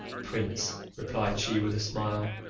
prince, replied she, with a smile,